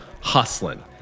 hustling